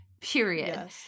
Period